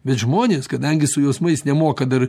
bet žmonės kadangi su jausmais nemoka dar